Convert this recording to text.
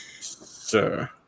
sir